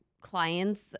clients